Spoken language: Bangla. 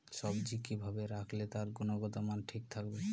সবজি কি ভাবে রাখলে তার গুনগতমান ঠিক থাকবে?